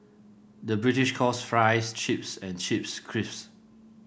the British calls fries chips and chips crisps